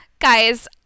Guys